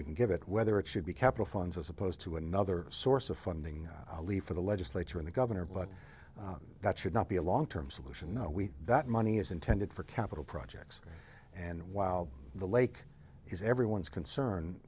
we can give it whether it should be capital funds as opposed to another source of funding a leaf or the legislature in the governor but that should not be a long term solution no we that money is intended for capital projects and while the lake is everyone's concern